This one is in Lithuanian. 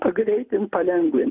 pagreitint palengvint